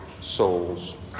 souls